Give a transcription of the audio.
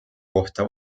kohta